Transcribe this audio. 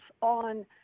on